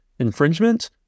infringement